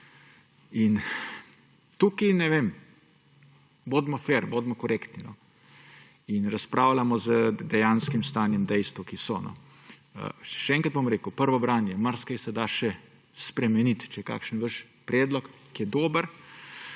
ali obratno. Bodimo fer, bodimo korektni in razpravljajmo z dejanskim stanjem, dejstvi, ki so. Še enkrat bom rekel, prvo branje, marsikaj se da še spremeniti. Če je kakšen vaš predlog, ki je dober,